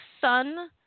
son